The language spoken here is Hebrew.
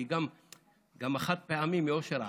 כי גם החד-פעמי מ"אושר עד",